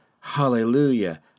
hallelujah